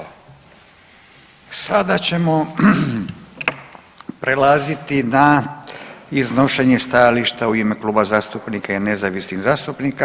Sada ćemo prelaziti na iznošenje stajališta u ime kluba zastupnika i nezavisnih zastupnika.